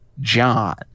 John